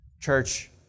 Church